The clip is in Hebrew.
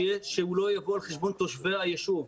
שזה לא יבוא על חשבון תושבי היישוב.